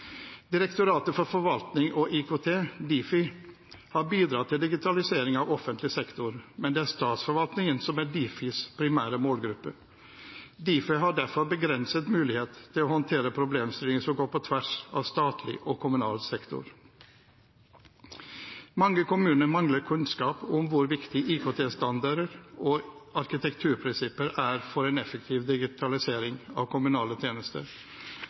Direktoratet for forvaltning og IKT, Difi, har bidratt til digitalisering av offentlig sektor, men det er statsforvaltningen som er Difis primære målgruppe. Difi har derfor begrenset mulighet til å håndtere problemstillinger som går på tvers av statlig og kommunal sektor. Mange kommuner mangler kunnskap om hvor viktig IKT-standarder og arkitekturprinsipper er for en effektiv digitalisering av kommunale tjenester.